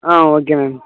ah okay ma'am